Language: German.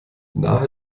nahe